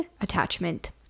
attachment